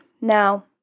Now